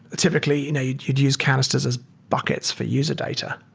typically, you know you'd you'd use canisters as buckets for user data.